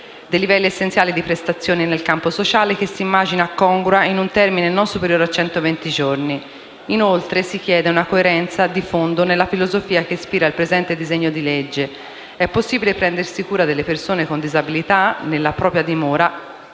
dei livelli essenziali di prestazioni nel campo sociale (che si immagina congrua in un termine non superiore a centoventi giorni). Inoltre, si chiede una coerenza di fondo nella filosofia che ispira il presente disegno di legge: è possibile prendersi cura delle persone con disabilità nella propria dimora